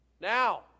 Now